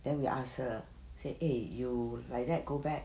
then we ask her say eh you like that go back